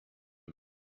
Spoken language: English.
him